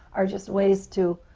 are just ways to,